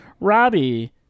robbie